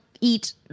eat